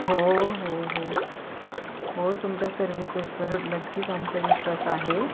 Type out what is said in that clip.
हो हो हो हो तुमच्या सर्व्हिसेसवर नक्कीच आमचा विश्वास आहे